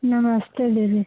नमस्ते दीदी